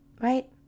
right